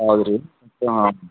ಹೌದ್ ರೀ ಹಾಂ